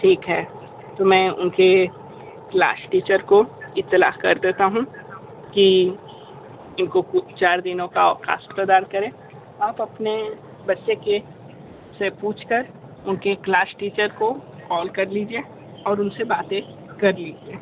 ठीक है मैं उन के क्लास टीचर को इत्तलाह कर देता हूँ कि इनको कुछ चार दिनों का अवकाश प्रदान करें आप आपने बच्चे के से पूछ कर उनके क्लास टीचर को कॉल कर लीजिए और उन से बातें कर लीजिए